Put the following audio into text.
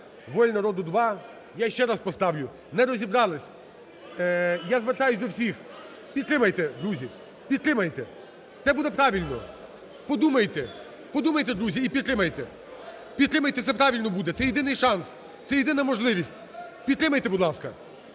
"Воля народу" – 2. Я ще раз поставлю. Не розібрались. Я звертаюся до всіх, підтримайте, друзі, підтримайте, це буде правильно. Подумайте, подумайте, друзі і підтримайте. Підтримайте, це правильно буде, це єдиний шанс, це єдина можливість. Підтримайте, будь ласка.